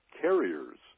carriers